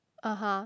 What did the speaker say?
(uh huh)